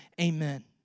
Amen